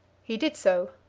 he did so,